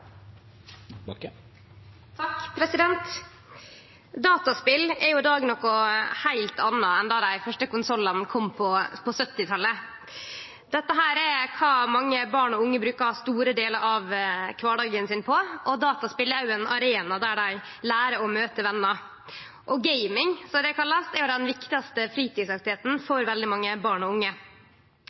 i dag noko heilt anna enn då dei første konsollane kom på 1970-talet. Dette er det mange barn og unge brukar store delar av kvardagen sin på, og dataspel er òg ein arena kor dei lærer og møter venar. Gaming, som det kallast, er den viktigaste fritidsaktiviteten for veldig mange barn og unge.